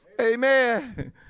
Amen